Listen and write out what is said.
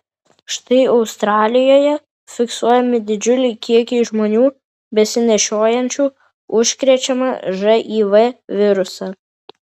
štai australijoje fiksuojami didžiuliai kiekiai žmonių besinešiojančių užkrečiamą živ virusą